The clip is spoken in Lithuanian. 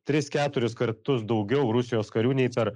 tris keturis kartus daugiau rusijos karių nei per